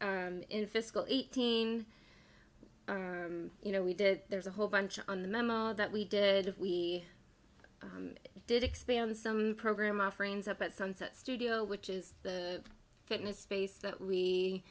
in fiscal eighteen you know we did there's a whole bunch on the memo that we did have we did expand some program offerings up at sunset studio which is the fitness space that we